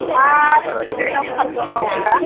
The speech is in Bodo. मा रेसथुरेन्टआव साबसिन जेनेबा